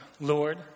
Lord